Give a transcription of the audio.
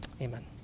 Amen